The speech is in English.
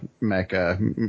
mecca